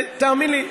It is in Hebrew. תאמין לי,